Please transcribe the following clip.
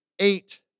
eight